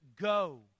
go